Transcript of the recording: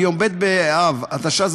ביום ב׳ באב התשע"ז,